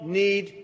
need